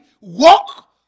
walk